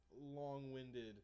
long-winded